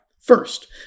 first